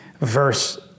verse